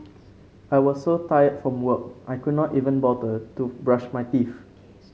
I was so tired from work I could not even bother to brush my teeth